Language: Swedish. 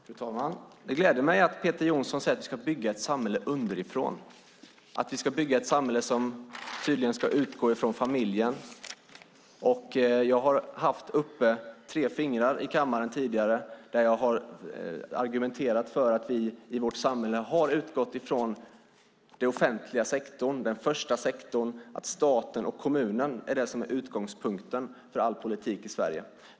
Fru talman! Det gläder mig att Peter Johnsson säger att vi ska bygga ett samhälle underifrån, att vi ska bygga ett samhälle som tydligen ska utgå från familjen. Jag har tidigare visat upp tre fingrar i kammaren och argumenterat för att vårt samhälle har utgått från offentliga sektorn, den första sektorn, att staten och kommunen är utgångspunkten för all politik i Sverige.